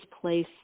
place